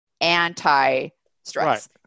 anti-stress